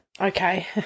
Okay